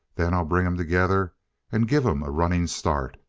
then i'll bring em together and give em a running start.